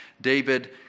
David